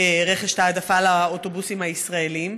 הרכש, את ההעדפה לאוטובוסים הישראליים.